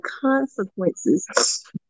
consequences